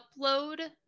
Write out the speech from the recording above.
upload